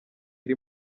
iri